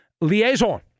liaison